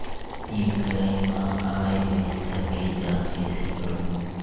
UPI मा आय पइसा के जांच कइसे करहूं?